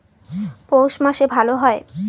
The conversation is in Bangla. পৌষ মাসে ভালো হয়?